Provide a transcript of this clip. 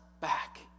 back